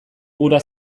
gura